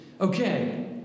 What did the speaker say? okay